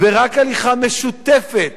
רק הליכה משותפת